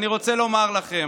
אני רוצה לומר לכם: